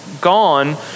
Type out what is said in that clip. gone